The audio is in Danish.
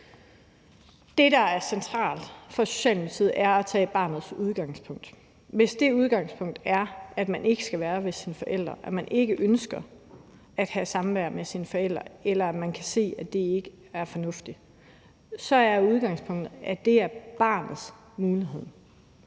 Det, der er centralt for Socialdemokratiet, er at tage barnets udgangspunkt. Hvis det udgangspunkt er, at man ikke skal være hos sine forældre, at man ikke ønsker at have samvær med sine forældre, eller at man kan se, at det ikke er fornuftigt, så er det barnets mulighed.